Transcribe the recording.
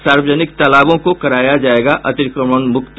सार्वजनिक तालाबों को कराया जायेगा अतिक्रमणमुक्त